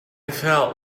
felt